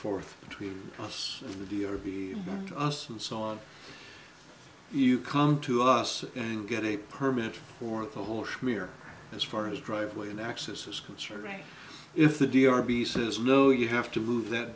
forth between us of the dealer be to us and so on you come to us and get a permit for the whole schmear as far as driveway and access is concerned if the d r p says no you have to move that